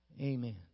Amen